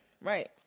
Right